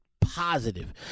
positive